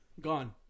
Gone